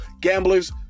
Gamblers